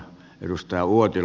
arvoisa puhemies